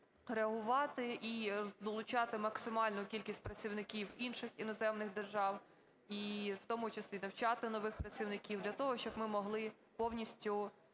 реагувати і долучати максимальну кількість працівників інших іноземних держав, і в тому числі навчати нових працівників, для того щоб ми могли повністю